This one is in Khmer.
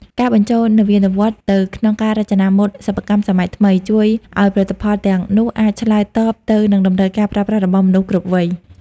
ការបញ្ចូលនវានុវត្តន៍ទៅក្នុងការរចនាម៉ូដសិប្បកម្មសម័យថ្មី ជួយឱ្យផលិតផលទាំងនោះអាចឆ្លើយតបទៅនឹងតម្រូវការប្រើប្រាស់របស់មនុស្សគ្រប់វ័យ។